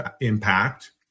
impact